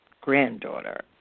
granddaughter